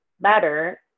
better